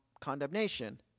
condemnation